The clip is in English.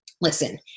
Listen